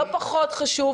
שזה לא פחות חשוב.